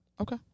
Okay